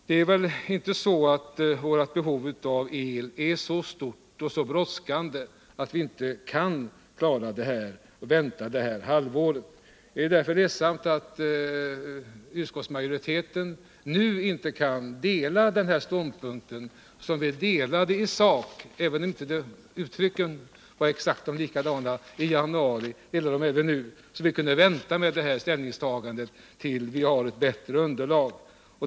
Det är väl inte så att vårt behov av el är så stort och så brådskande att vi inte kan vänta det här halvåret. Det är därför ledsamt att utskottsmajoriteten nu inte kan dela den här ståndpunkten — det gjorde man i januari, även om uttryckssätten inte var exakt desamma — så att vi kunde vänta med detta ställningstagande tills i januari då vi har ett bättre underlag.